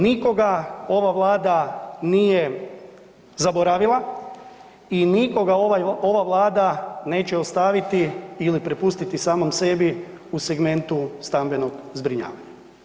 Nikoga ova Vlada nije zaboravila i nikoga ova Vlada neće ostaviti ili prepustiti samom sebi u segmentu stambenog zbrinjavanja.